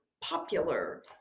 popular